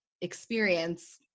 experience